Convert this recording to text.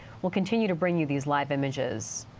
we'll continue to bring you these live images.